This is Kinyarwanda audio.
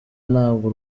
ntabwo